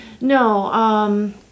No